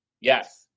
Yes